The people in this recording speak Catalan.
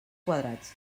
quadrats